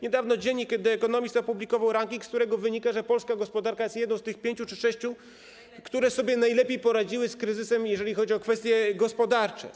Niedawno dziennik „The Economist” opublikował ranking, z którego wynika, że polska gospodarka jest jedną z tych pięciu czy sześciu, które sobie najlepiej poradziły z kryzysem, jeżeli chodzi o kwestie gospodarcze.